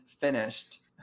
finished